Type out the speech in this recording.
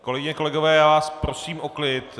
Kolegyně a kolegové, já vás prosím o klid.